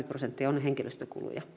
prosenttia on henkilöstökuluja